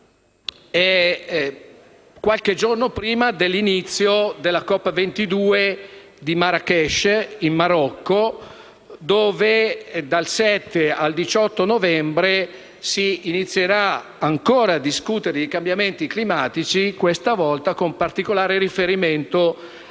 è qualche giorno precedente l'inizio della COP22 di Marrakech, in Marocco, dove, dal 7 al 18 novembre, si inizierà ancora a discutere di cambiamenti climatici, con particolare riferimento